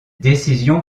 décision